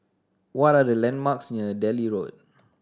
what are the landmarks near Delhi Road